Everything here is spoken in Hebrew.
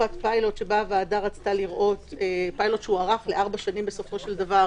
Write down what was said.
תקופת פילוט שהוארך לארבע שנים בסופו של דבר,